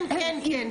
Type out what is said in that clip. כן, כן.